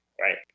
right